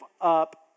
up